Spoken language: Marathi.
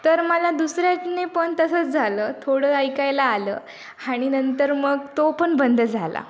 तर मला दुसऱ्याने पण तसंच झालं थोडं ऐकायला आलं आणि नंतर मग तो पण बंद झाला